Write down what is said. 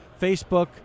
Facebook